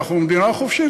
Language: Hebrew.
אנחנו מדינה חופשית,